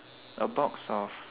a box of